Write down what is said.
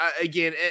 again